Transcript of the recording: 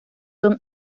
son